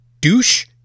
douche